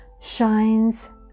shines